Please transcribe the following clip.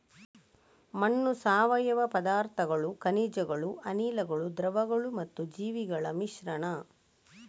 ಮಣ್ಣು ಸಾವಯವ ಪದಾರ್ಥಗಳು, ಖನಿಜಗಳು, ಅನಿಲಗಳು, ದ್ರವಗಳು ಮತ್ತು ಜೀವಿಗಳ ಮಿಶ್ರಣ